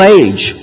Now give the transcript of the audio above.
age